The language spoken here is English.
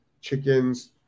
chickens